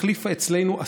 החליפה אצלנו,